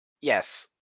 Yes